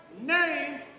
name